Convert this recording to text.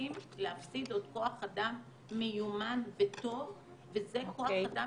נאלצים להפסיד כוח אדם מיומן וטוב וזה כוח אדם